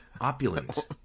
opulent